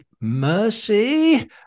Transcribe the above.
mercy